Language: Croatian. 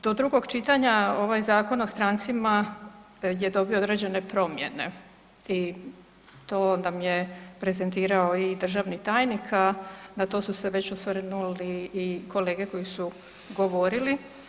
Do drugog čitanja ovaj Zakon o strancima je dobio određene promjene i to nam je prezentirao i državni tajnik a na to su se već osvrnuli i kolege koji su govorili.